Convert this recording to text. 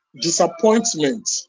Disappointment